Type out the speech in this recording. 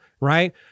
Right